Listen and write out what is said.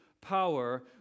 power